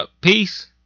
Peace